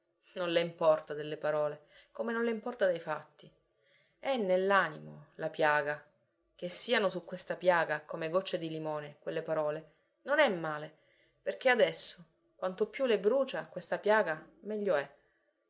non le importa delle parole come non le importa dei fatti e nell'animo la piaga che siano su questa piaga come gocce di limone quelle parole non è male perché adesso quanto più le brucia questa piaga meglio è